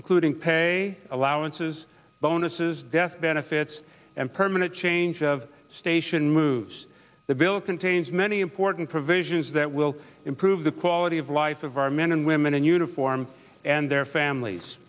including pay allowances bonuses death benefits and permanent change of station mus the bill contains many important provisions that will improve the quality of life of our men and women in uniform and their families